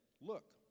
look